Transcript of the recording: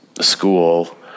school